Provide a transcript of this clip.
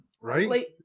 Right